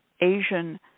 Asian